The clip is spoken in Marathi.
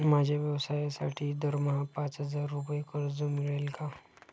माझ्या व्यवसायासाठी दरमहा पाच हजार रुपये कर्ज मिळेल का?